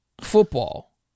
Football